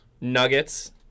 Nuggets